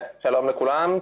שלום לכולם.